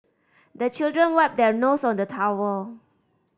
the children wipe their nose on the towel